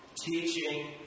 teaching